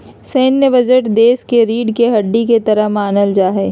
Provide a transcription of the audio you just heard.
सैन्य बजट देश के रीढ़ के हड्डी के तरह मानल जा हई